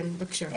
כן בבקשה.